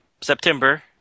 September